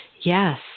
Yes